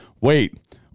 Wait